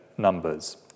numbers